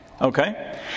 okay